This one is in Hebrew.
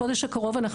בחודש הקרוב,